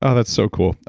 ah that's so cool.